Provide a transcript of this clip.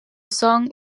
song